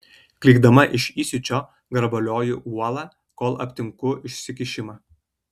klykdama iš įsiūčio grabalioju uolą kol aptinku išsikišimą